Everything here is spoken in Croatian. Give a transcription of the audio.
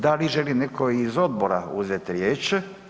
Da li želi neko iz odbora uzet riječ?